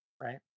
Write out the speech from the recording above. right